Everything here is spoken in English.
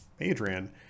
Adrian